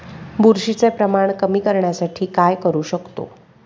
बुरशीचे प्रमाण कमी करण्यासाठी काय करू शकतो?